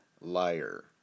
liar